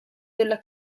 della